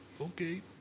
Okay